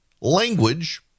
language